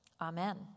Amen